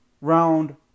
round